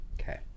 okay